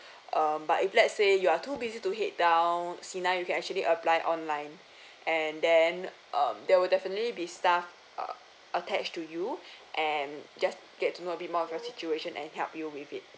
uh but if let's say you are too busy to head down Sina you can actually apply online and then uh there will definitely be staff uh attach to you and just get to know a bit more of your situation and help you with it